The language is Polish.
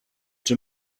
czy